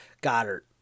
Goddard